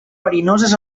verinoses